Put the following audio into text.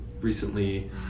recently